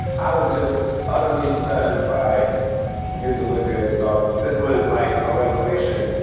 i was just utterly stunned by your delivery of this song. this was like a revelation.